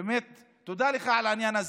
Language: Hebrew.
ובאמת תודה לך על העניין הזה,